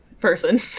person